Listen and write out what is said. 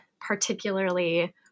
particularly